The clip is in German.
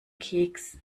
keks